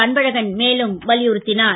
அன்பழகன் மேலும் வலியுறுத் னார்